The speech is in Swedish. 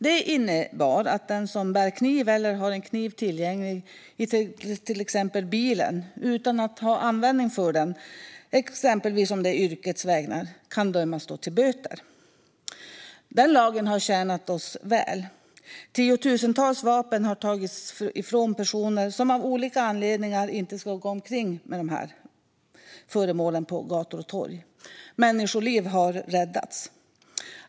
Den innebar att den som bär kniv eller har en kniv tillgänglig, till exempel i bilen, utan att ha användning för den i exempelvis yrket kan dömas till böter. Lagen har tjänat oss väl. Tiotusentals vapen har tagits från personer som av olika anledningar inte ska gå omkring med dessa föremål på gator och torg. Människoliv har räddats.